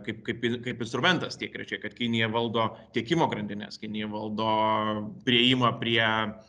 kaip kaip i kaip instrumentas tiek rečia kad kinija valdo tiekimo grandines kinija valdo priėjimą prie